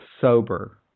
sober